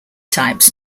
types